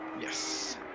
Yes